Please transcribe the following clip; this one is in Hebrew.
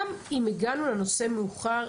גם אם הגענו לנושא מאוחר,